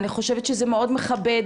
אני חושבת שזה מאוד מכבד,